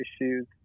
issues